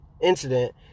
incident